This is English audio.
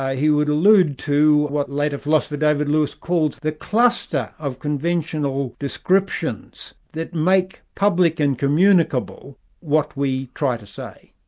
he would allude to what later philosopher david lewis calls the cluster of conventional descriptions that make public and communicable what we try to say,